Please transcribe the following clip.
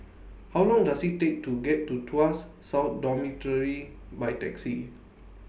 How Long Does IT Take to get to Tuas South Dormitory By Taxi